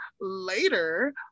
Later